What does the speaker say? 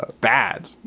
bad